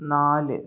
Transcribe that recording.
നാല്